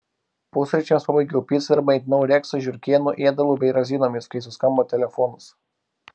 pusryčiams pabaigiau picą ir maitinau reksą žiurkėnų ėdalu bei razinomis kai suskambo telefonas